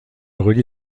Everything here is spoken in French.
relie